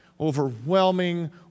Overwhelming